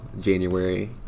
January